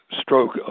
stroke